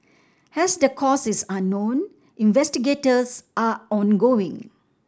as the cause is unknown investigators are ongoing